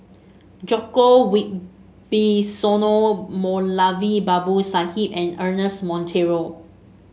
Djoko Wibisono Moulavi Babu Sahib and Ernest Monteiro